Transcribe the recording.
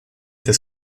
des